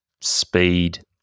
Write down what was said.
speed